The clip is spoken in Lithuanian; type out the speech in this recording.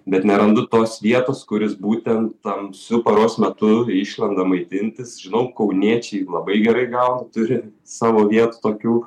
bet nerandu tos vietos kuris būtent tamsiu paros metu išlenda maitintis žinau kauniečiai labai gerai gaudo turi savo vietų tokių